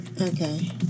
Okay